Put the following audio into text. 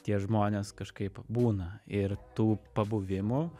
tie žmonės kažkaip būna ir tų pabuvimų